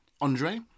Andre